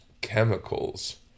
chemicals